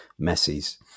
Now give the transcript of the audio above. Messi's